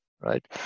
right